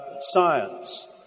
science